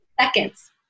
seconds